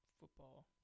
football